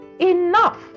enough